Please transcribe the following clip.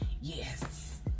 Yes